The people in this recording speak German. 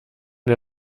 der